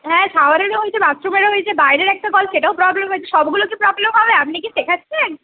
হ্যাঁ শাওয়ারেরও হয়েছে বাথরুমেরও হয়েছে বাইরের একটা কল সেটাও প্রবলেম হয়েছে সবগুলো কি প্রবলেম হবে আপনি কি শেখাচ্ছেন